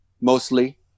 mostly